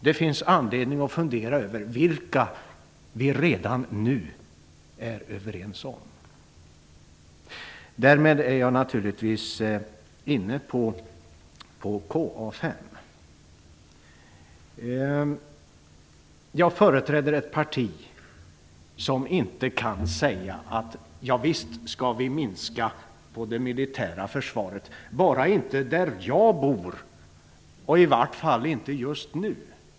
Det finns anledning att fundera över vilka nedskärningar som vi redan nu är överens om. Därmed kommer jag in på avvecklingen av KA 5. Jag företräder ett parti som inte säger: Ja visst skall vi minska på det militära försvaret, bara inte där jag bor och i vart fall inte just nu.